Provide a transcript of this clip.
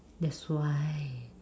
that's why